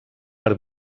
per